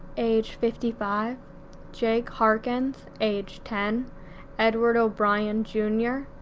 age fifty five jake harkins age ten edward o'brien jr.